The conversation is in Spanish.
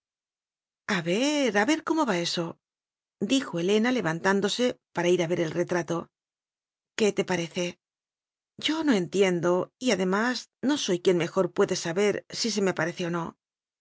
una sesión a ver a ver cómo va esodijo helena levantándose para ir a ver él retrato qué te parece yo no entiendo y además no soy quien mejor puede saber si se me parece o no